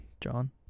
John